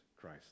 Christ